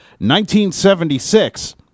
1976